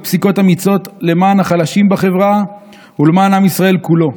פסיקות אמיצות למען החלשים בחברה ולמען עם ישראל כולו.